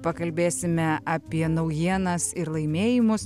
pakalbėsime apie naujienas ir laimėjimus